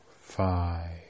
five